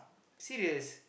serious